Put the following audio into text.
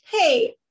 hey